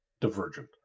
divergent